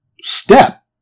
step